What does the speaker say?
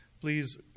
please